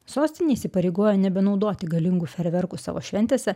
sostinė įsipareigoja nebenaudoti galingų ferverkų savo šventėse